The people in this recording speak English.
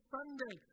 Sunday